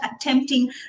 attempting